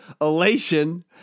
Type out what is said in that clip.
elation